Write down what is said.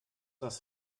das